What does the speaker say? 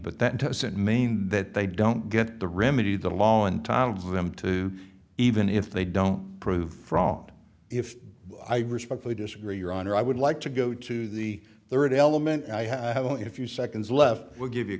but that doesn't mean that they don't get the remedy the law entitles them to even if they don't prove fraud if i respectfully disagree your honor i would like to go to the third element and i have only a few seconds left we'll give you a